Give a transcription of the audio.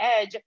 edge